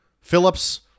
Phillips